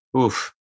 oof